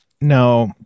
No